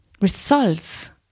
results